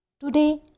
Today